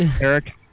eric